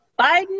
Biden